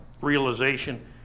realization